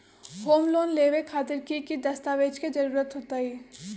Home loan लेबे खातिर की की दस्तावेज के जरूरत होतई?